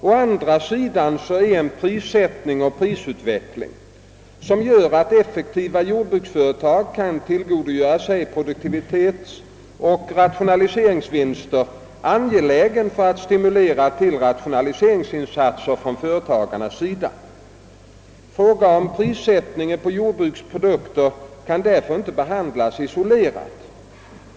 Å andra sidan är en prissättning och prisutveckling, som gör att effektiva jordbruksföretag kan tillgodogöra sig produktivitetsoch = rationaliseringsvinster, angelägen för att stimulera till rationaliseringsinsatser från företagarnas sida. Frågan om prissättningen på jordbrukets produkter kan därför inte behandlas isolerad.